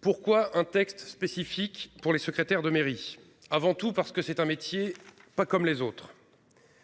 Pourquoi un texte spécifique pour les secrétaires de mairie avant tout parce que c'est un métier pas comme les autres.